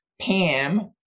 pam